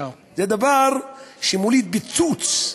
זה דבר שמוליד פיצוץ.